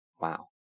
Wow